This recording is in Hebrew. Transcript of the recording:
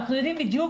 אנחנו יודעים בדיוק